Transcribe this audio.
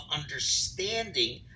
understanding